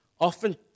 often